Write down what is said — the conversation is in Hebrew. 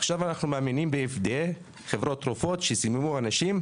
עכשיו אנחנו מאמינים בחברות תרופות שסיממו אנשים,